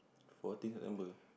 fourteen september